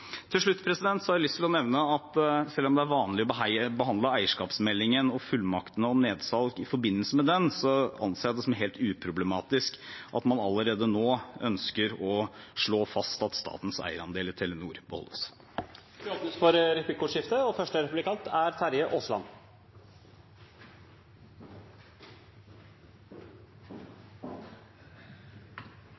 Til slutt har jeg lyst til å nevne at selv om det er vanlig å behandle eierskapsmeldingen og fullmaktene om nedsalg i forbindelse med den, anser jeg det som helt uproblematisk at man allerede nå ønsker å slå fast at statens eierandel i Telenor beholdes. Det blir replikkordskifte.